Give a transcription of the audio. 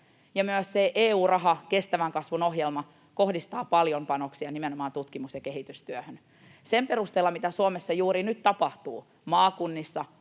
myös se EU-raha, kestävän kasvun ohjelma, kohdistaa paljon panoksia nimenomaan tutkimus- ja kehitystyöhön. Sen perusteella, mitä Suomessa juuri nyt tapahtuu, maakunnissa,